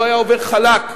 לא היה עובר חלק,